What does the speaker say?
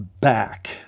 back